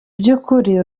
by’ukuri